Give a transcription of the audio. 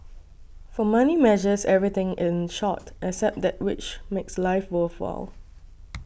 for money measures everything in short except that which makes life worthwhile